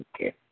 Okay